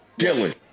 Dylan